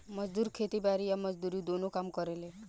मजदूर खेती बारी आ मजदूरी दुनो काम करेले